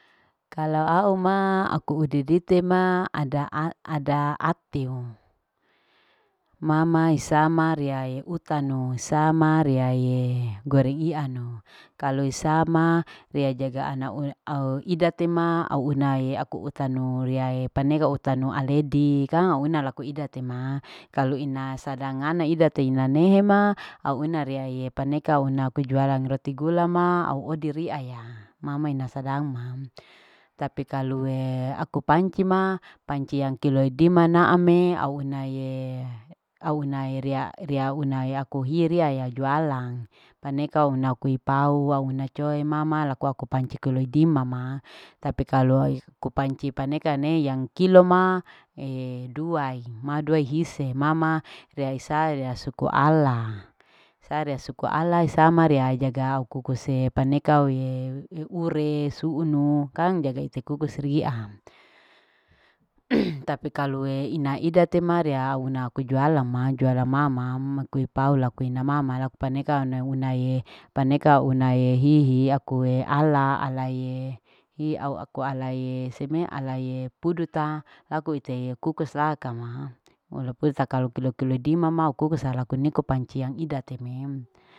Kalau au ma aku udedite ma ada at ada atiu, mamae sama riyae utanu, sama riyae goreng ianu, kalau isama riya jaga anau au idate ma au unae aku utanu riyae panega utanu aledi, kang au una laku ida temaa, kalu ina sadang ngana eida teina nehe maa, au una reae paneka una aku jualang roti gula maa au odi riya ya, mama ina sadang ma, tapi kalue aku panci maa, panci yang kilo dima na ame au nae, au nae riya riya unae aku hiri riya ya aku jualan, paneka una kue pau, waunae coe ma ma laku aku aku panci kilo dima ma, tapi kalue kupanci paneka nei yang kilo ma edua madue hise, mama riya hisaya suku ala, sare suku ala isama riya ijaga au kukuse paneka awieu eure, esuunu kang jaga ite kukus riyam, tapi kalue ina ida tema riya au una aku jualan ma, jualan mama ma kue pao, laku ina mama laku paneka ana unae, paneka unae hihi akue ala, alaie hi au aku alaie seme, alaie puduta, aku iteye kukus la kama, walaupun ta kalu kilo kilo dima ma au kukus ha laku niko panci yang ida te mem